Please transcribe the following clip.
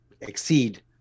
exceed